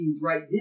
right